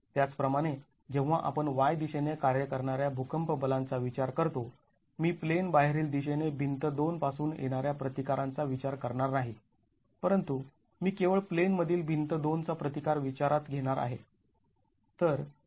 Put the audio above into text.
त्याचप्रमाणे जेव्हा आपण y दिशेने कार्य करणाऱ्या भूकंप बलांचा विचार करतो मी प्लेन बाहेरील दिशेने भिंत २ पासून येणाऱ्या प्रतिकारांचा विचार करणार नाही परंतु मी केवळ प्लेन मधील भिंत २ चा प्रतिकार विचारात घेणार आहे